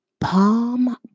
palm